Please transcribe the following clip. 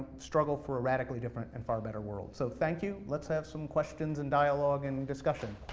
struggle for a radically different and far better world. so thank you, let's have some questions, and dialogue, and and discussion.